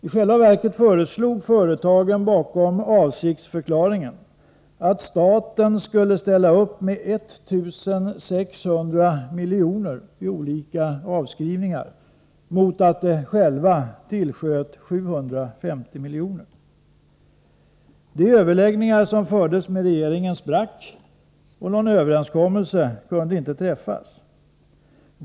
I själva verket föreslog företagen bakom avsiktsförklaringen att staten skulle ställa upp med 1 600 milj.kr. i olika avskrivningar mot att de själva tillsköt 750 milj.kr. De överläggningar som fördes med regeringen sprack, och någon uppgörelse kunde inte träffas.